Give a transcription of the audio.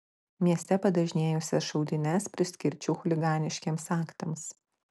mieste padažnėjusias šaudynes priskirčiau chuliganiškiems aktams